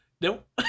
Nope